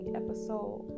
episode